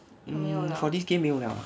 mm for this this game 没有 liao